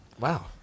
Wow